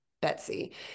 Betsy